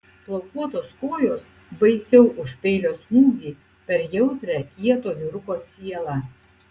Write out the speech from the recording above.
plaukuotos kojos baisiau už peilio smūgį per jautrią kieto vyruko sielą